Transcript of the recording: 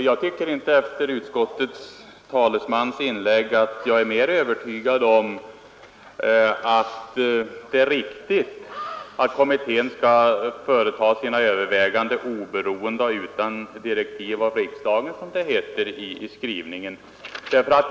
Herr talman! Efter utskottets talesmans inlägg är jag inte mer övertygad om att kommittén skall företa sina överväganden oberoende och utan direktiv av riksdagen, som det heter i skrivningen.